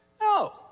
No